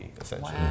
essentially